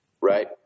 right